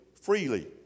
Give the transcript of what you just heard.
freely